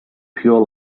pure